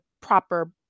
proper